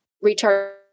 recharge